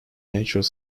natural